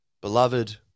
beloved